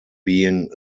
being